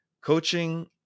coaching